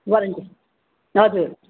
warranty हजुर